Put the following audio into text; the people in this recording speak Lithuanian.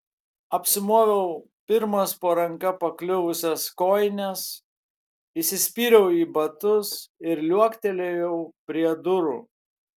apsimoviau pirmas po ranka pakliuvusias kojines įsispyriau į batus ir liuoktelėjau prie durų